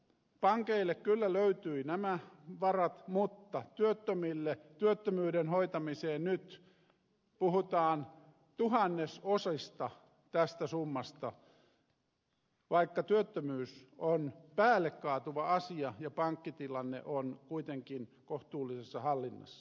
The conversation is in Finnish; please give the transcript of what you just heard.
pankeille kyllä löytyivät nämä varat mutta työttömyyden hoitamisessa puhutaan nyt tuhannesosista tästä summasta vaikka työttömyys on päälle kaatuva asia ja pankkitilanne on kuitenkin kohtuullisessa hallinnassa